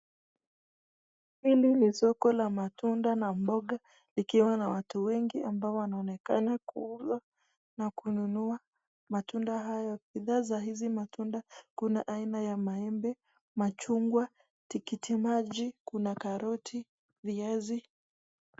Hili ni soko la matunda na mboga ikiwa na watu wengi ambao wanaonekana kuuza na kununua matunda hayo. Bidhaa za hizi matunda kuna aina ya maembe, machungwa, tikitimaji, kuna karoti na viazi.